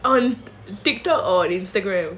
TikTok or Instagram